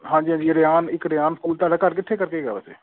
ਹਾਂਜੀ ਹਾਂਜੀ ਇਹ ਰਿਆਨ ਇੱਕ ਰਿਆਨ ਸਕੂਲ ਤੁਹਾਡਾ ਘਰ ਕਿੱਥੇ ਕਰਕੇ ਹੈਗਾ ਵੈਸੇ